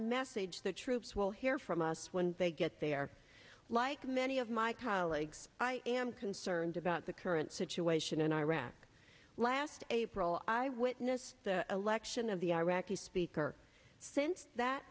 message the troops will hear from us when they get there like many of my colleagues i am concerned about the situation in iraq last april i witnessed the election of the iraqi speaker since that